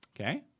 Okay